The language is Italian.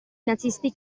nazisti